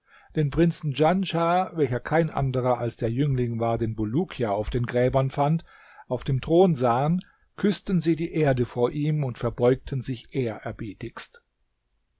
den prinzen djanschah welcher kein anderer als der jüngling war den bulukia auf den gräbern fand auf dem thron sahen küßten sie die erde vor ihm und verbeugten sich